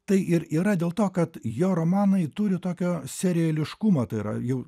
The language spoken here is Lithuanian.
tai ir yra dėl to kad jo romanai turi tokio serijališkumo tai yra jau